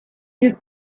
you